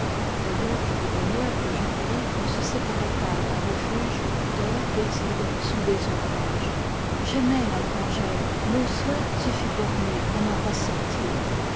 d'ailleurs le bonheur que j'enviais ne se séparait pas d'un refuge d'heures paisibles sous des ombrages j'aimais la grangère mon souhait se fût borné à n'en pas sortir